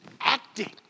acting